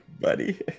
buddy